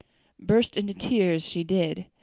burst into tears she did.